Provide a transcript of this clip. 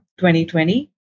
2020